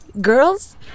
Girls